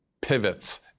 pivots